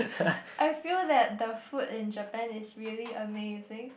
I feel that the food in Japan is really amazing